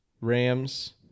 Rams